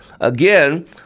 Again